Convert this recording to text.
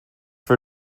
for